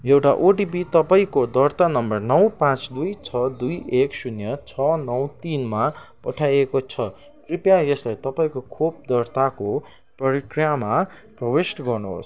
एउटा ओटिपी तपाईँँको दर्ता नम्बर नौ पाँच दुई छ दुई एक शून्य छ नौ तिनमा पठाइएको छ कृपया यसलाई तपाईँँको खोप दर्ताको प्रक्रियामा प्रविष्ट गर्नुहोस्